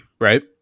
right